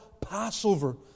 Passover